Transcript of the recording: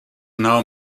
now